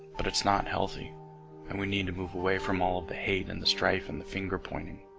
but it's not healthy and we need to move away from all of the hate and the strife and the finger-pointing